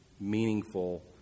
meaningful